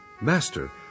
Master